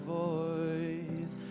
voice